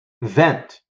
vent